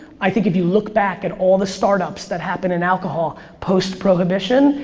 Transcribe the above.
i think if you look back at all the startups that happen in alcohol post prohibition,